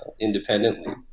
independently